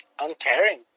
uncaring